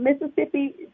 Mississippi